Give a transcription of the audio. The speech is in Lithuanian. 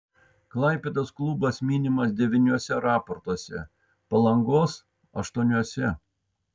klaipėdos klubas minimas devyniuose raportuose palangos aštuoniuose